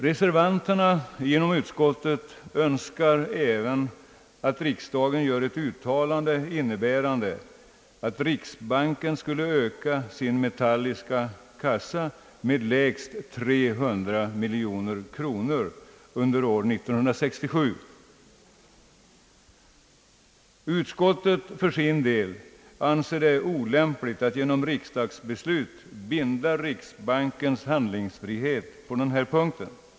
Reservanterna önskar även att riksdagen gör ett uttalande som innebär att riksbanken skulle öka sin metalliska kassa med lägst 300 miljoner kronor under år 1967. Utskottsmajoriteten anser för sin del att det är olämpligt att genom riksdagsbeslut binda riksbankens handlingsfrihet på denna punkt.